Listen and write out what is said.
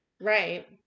right